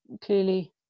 clearly